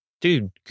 dude